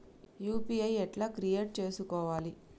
UPI ఎట్లా create చేసుకోవాలి?